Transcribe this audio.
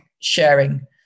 sharing